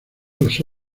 las